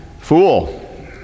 Fool